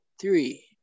three